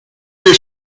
wir